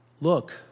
look